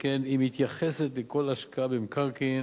שכן היא מתייחסת לכל השקעה במקרקעין,